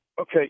Okay